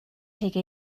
take